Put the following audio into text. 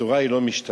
התורה לא משתנה.